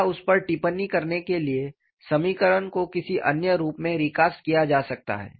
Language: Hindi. क्या उस पर टिप्पणी करने के लिए समीकरण को किसी अन्य रूप में रिकास्ट किया जा सकता है